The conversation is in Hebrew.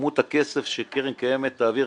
כמות הכסף שקרן קיימת תעביר,